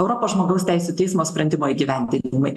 europos žmogaus teisių teismo sprendimų įgyvendinimai